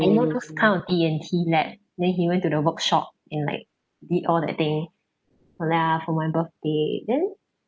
you know those kind of D_N_T lab and then he went to the workshop and like did all that thing no lah for my birthday then